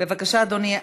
בבקשה, אדוני.